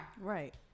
Right